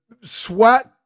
sweat